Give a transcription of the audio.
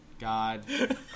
God